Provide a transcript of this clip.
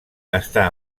està